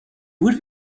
would